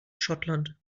schottland